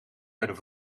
werden